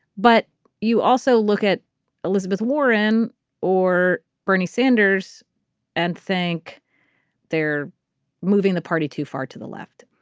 but you also look at elizabeth warren or bernie sanders and think they're moving the party too far to the left.